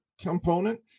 component